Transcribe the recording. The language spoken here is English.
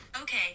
Okay